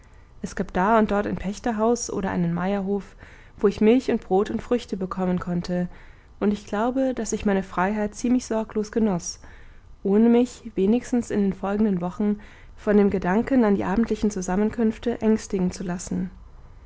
es gab da und dort ein pächterhaus oder einen meierhof wo ich milch und brot und früchte bekommen konnte und ich glaube daß ich meine freiheit ziemlich sorglos genoß ohne mich wenigstens in den folgenden wochen von dem gedanken an die abendlichen zusammenkünfte ängstigen zu lassen